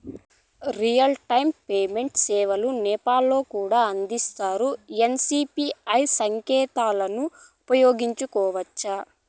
Real time payment సేవలు నేపాల్ లో కూడా అందిస్తారా? ఎన్.సి.పి.ఐ సాంకేతికతను ఉపయోగించుకోవచ్చా కోవచ్చా?